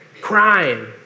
Crime